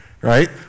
right